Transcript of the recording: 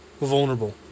vulnerable